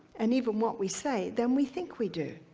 and even what we say than we think we do.